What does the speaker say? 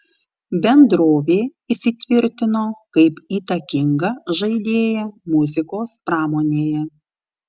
bendrovė įsitvirtino kaip įtakinga žaidėja muzikos pramonėje